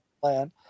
plan